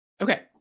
Okay